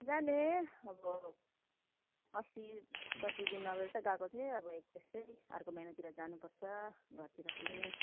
जाने अब अस्ति कति दिन अगाडि त गएको थिएँ अब त्यस्तै अर्को महिनातिर जानुपर्छ घरतिर पनि